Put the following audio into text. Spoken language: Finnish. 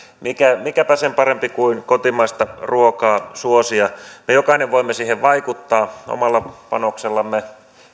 mikäpä sen parempi kuin kotimaista ruokaa suosia me jokainen voimme siihen vaikuttaa omalla panoksellamme